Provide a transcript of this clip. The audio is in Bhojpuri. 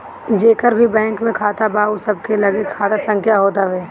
जेकर भी बैंक में खाता बा उ सबके लगे खाता संख्या होत हअ